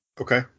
Okay